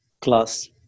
class